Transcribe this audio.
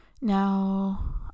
Now